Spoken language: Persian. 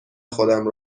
خودم